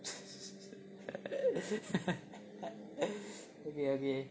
okay okay